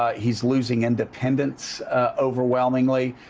ah he's losing independents overwhelmingly.